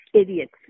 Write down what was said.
idiots